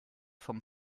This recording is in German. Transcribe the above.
vom